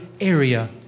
area